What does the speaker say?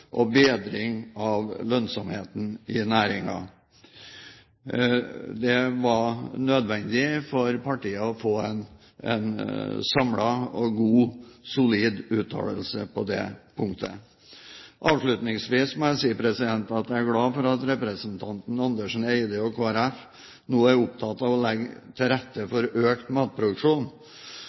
og bedring av lønnsomheten i næringen. Det var nødvendig for partiet å få en samlet og god, solid uttalelse på det punktet. Avslutningsvis må jeg si at jeg er glad for at representanten Andersen Eide og Kristelig Folkeparti nå er opptatt av å legge til rette for økt matproduksjon.